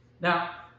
Now